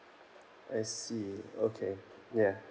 I see okay ya